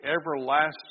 everlasting